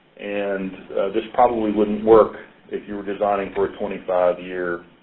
and this probably wouldn't work if you're designing for a twenty five year,